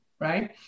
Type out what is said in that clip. right